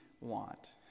want